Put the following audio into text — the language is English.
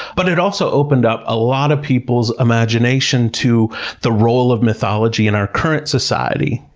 but it also opened up a lot of people's imagination to the role of mythology in our current society,